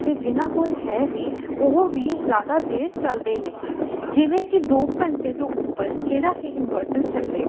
ਅਤੇ ਜਿਨ੍ਹਾਂ ਕੋਲ ਹੈ ਵੀ ਉਹ ਵੀ ਜ਼ਿਆਦਾ ਦੇਰ ਚੱਲਦੇ ਨਹੀਂ ਜਿਵੇਂ ਕਿ ਦੋ ਘੰਟੇ ਤੋਂ ਉੱਪਰ ਕਿਹੜਾ ਇਨਵਟਰ ਚੱਲੇਗਾ